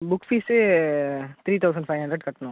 book fees three thousand five hundred கட்டணும்